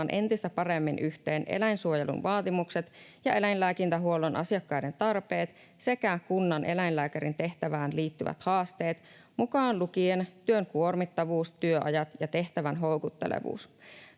entistä paremmin yhteen eläinsuojelun vaatimukset ja eläinlääkintähuollon asiakkaiden tarpeet sekä kunnaneläinlääkärin tehtävään liittyvät haasteet, mukaan lukien työn kuormittavuus, työajat ja tehtävän houkuttelevuus.